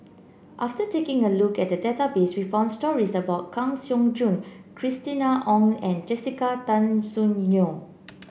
after taking a look at the database we found stories about Kang Siong Joo Christina Ong and Jessica Tan Soon Neo